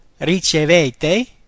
ricevete